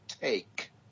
take